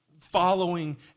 following